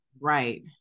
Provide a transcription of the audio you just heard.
Right